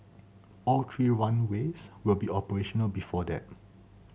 all three runways will be operational before that